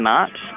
March